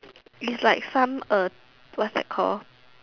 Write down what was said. is like some uh what's that call